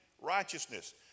righteousness